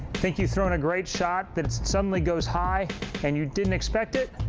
think you've thrown a great shot that suddenly goes high and you didn't expect it?